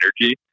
energy